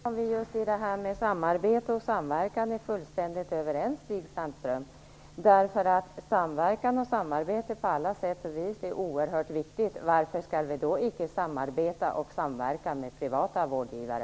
Fru talman! Vi är fullständigt överens om vikten av samarbete och samverkan, Stig Sandström. Samverkan och samarbete är på alla sätt vis oerhört viktigt. Varför skall vi då icke samarbeta och samverka också med privata vårdgivare?